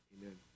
Amen